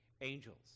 angels